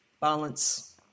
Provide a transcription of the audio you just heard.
balance